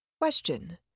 Question